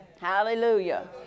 Hallelujah